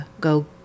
go